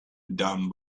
down